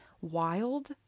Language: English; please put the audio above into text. wild